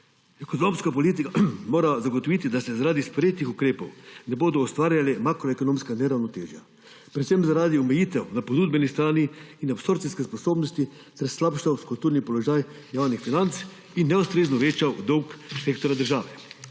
»Ekonomska politika mora zagotoviti, da se zaradi sprejetih ukrepov ne bodo ustvarjala makroekonomska neravnotežja, predvsem zaradi omejitev na ponudbeni strani in absorpcijske sposobnosti, ter slabšal strukturni položaj javnih financ in neustrezno večal dolg sektorja države